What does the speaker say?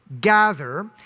gather